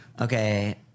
Okay